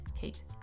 Kate